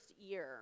year